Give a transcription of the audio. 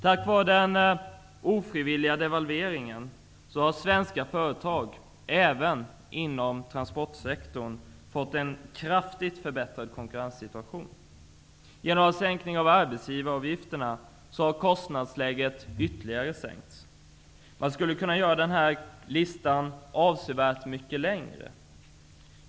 Tack vare den ofrivilliga devalveringen har svenska företag, även inom transportsektorn, fått en kraftigt förbättrad konkurrenssituation. Genom sänkningen av arbetsgivaravgifterna har kostnaderna sänkts ytterligare. Jag skulle kunna göra den här listan avsevärt mycket längre.